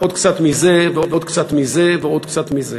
עוד קצת מזה ועוד קצת מזה ועוד קצת מזה.